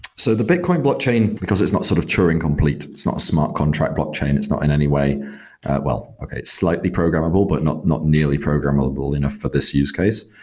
so the bitcoin blockchain, because it's not sort of turing complete, it's not a smart contract blockchain, it's not in any way well, okay, slightly programmable, but not not nearly programmable enough for this use case.